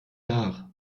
nach